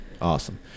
Awesome